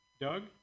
Doug